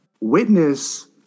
Witness